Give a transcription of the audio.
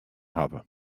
hawwe